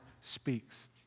speaks